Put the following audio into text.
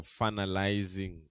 finalizing